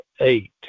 eight